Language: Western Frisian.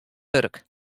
wurk